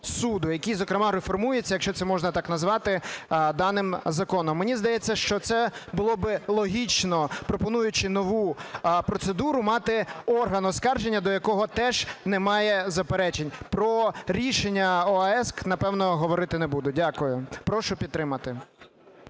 який, зокрема, реформується, якщо це можна так назвати, даним законом. Мені здається, що це було би логічно, пропонуючи нову процедуру, мати орган оскарження, до якого теж немає заперечень. Про рішення ОАС, напевно, говорити не буду. Дякую. Прошу підтримати.